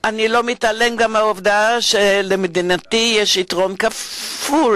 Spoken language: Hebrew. ואני גם לא מתעלם מהעובדה שלמדינתי יש יתרון כפול: